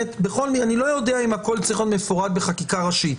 אני לא יודע אם הכול צריך להיות מפורט בחקיקה ראשית,